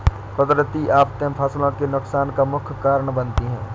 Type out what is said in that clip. कुदरती आफतें फसलों के नुकसान का मुख्य कारण बनती है